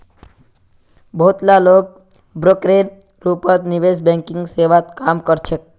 बहुत ला लोग ब्रोकरेर रूपत निवेश बैंकिंग सेवात काम कर छेक